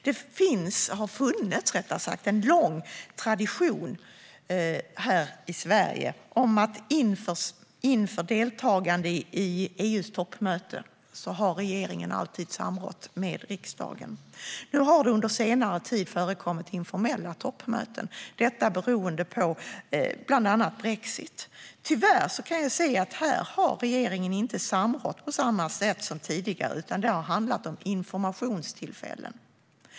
Det har funnits en lång tradition i Sverige där regeringen inför deltagande i EU:s toppmöten alltid har samrått med riksdagen. Nu har det under senare tid förekommit informella toppmöten. Det beror bland annat på brexit. Tyvärr har regeringen här inte samrått på samma sätt som tidigare, utan det har handlat om informationstillfällen.